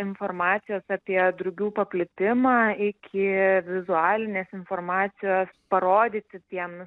informacijos apie drugių paplitimą iki vizualinės informacijos parodyti tiem